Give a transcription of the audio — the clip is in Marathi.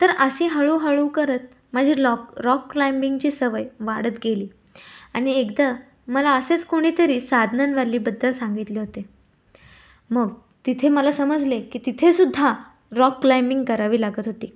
तर अशी हळूहळू करत माझी लॉक रॉक क्लाइम्बिंगची सवय वाढत गेली आणि एकदा मला असेच कुणीतरी साद्नन वॅलीबद्दल सांगितले होते मग तिथे मला समजले की तिथेसुद्धा रॉक क्लाइम्बिंग करावे लागत होते